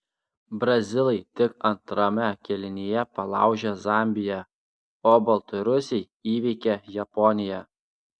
brazilai tik antrame kėlinyje palaužė zambiją o baltarusiai įveikė japoniją